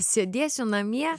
sėdėsiu namie